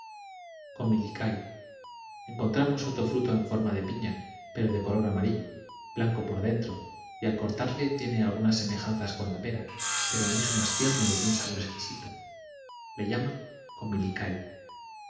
encontramos otro fruto en forma de pina pero de color amarillo blanco por dentro y al cortarle tiene alguna semejanza con la pera pero mucho más tierno y de un sabor exquisito le llaman